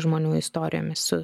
žmonių istorijomis su